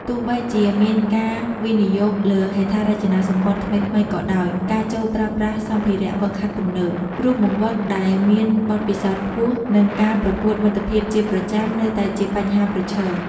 ទោះបីជាមានការវិនិយោគលើហេដ្ឋារចនាសម្ព័ន្ធថ្មីៗក៏ដោយ ការចូលប្រើប្រាស់សម្ភារៈហ្វឹកហាត់ទំនើប គ្រូបង្វឹកដែលមានបទពិសោធន៍ខ្ពស់ និងការប្រកួតមិត្តភាពជាប្រចាំនៅតែជាបញ្ហាប្រឈម។